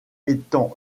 étant